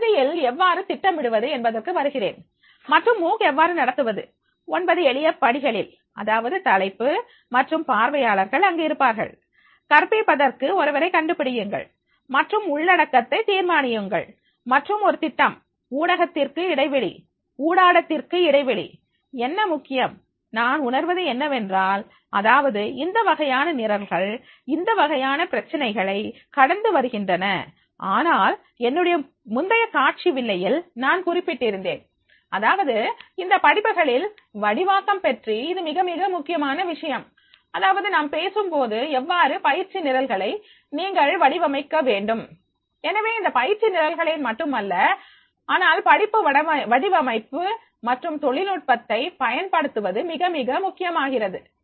நான் இறுதியில் எவ்வாறு திட்டமிடுவது என்பதற்கு வருகிறேன் மற்றும் மூக் எவ்வாறு நடத்துவது 9 எளிய படிகளில் அதாவது தலைப்பு மற்றும் பார்வையாளர்கள் அங்கு இருப்பார்கள் கற்பிப்பதற்கு ஒருவரை கண்டுபிடியுங்கள் மற்றும் உள்ளடக்கத்தை தீர்மானியுங்கள் மற்றும் ஒரு திட்டம் ஊடகத்திற்கு இடைவெளி என்ன முக்கியம் நான் உணர்வது என்னவென்றால் அதாவது இந்த வகையான நிரல்கள் இந்தவகையான பிரச்சினைகளை கடந்து வருகின்றன ஆனால் என்னுடைய முந்தைய காட்சி வில்லையில்நான் குறிப்பிட்டிருந்தேன் அதாவது இந்த படிப்புகளில் வடிவாக்கம் பற்றி இது மிக மிக முக்கியமான விஷயம் அதாவது நாம் பேசும் போது எவ்வாறு பயிற்சி நிரல்களை நீங்கள் வடிவமைக்க வேண்டும் எனவே இந்த பயிற்சி நிரல்களை மட்டுமல்ல ஆனால் படிப்பு வடிவமைப்பு மற்றும் தொழில்நுட்பத்தை பயன்படுத்துவது மிக மிக முக்கியமாகிறது